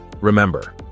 Remember